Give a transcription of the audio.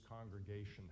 congregation